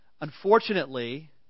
Unfortunately